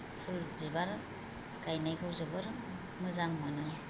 फुल बिबार गायनायखौ जोबोर मोजां मोनो